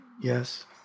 yes